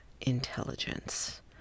intelligence